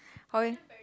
how leh